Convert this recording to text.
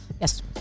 Yes